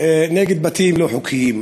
נגד בתים לא חוקיים.